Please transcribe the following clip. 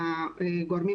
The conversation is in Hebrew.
לגורמים